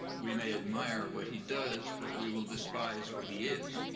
we may admire what he does, but we will despise what he is,